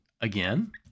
again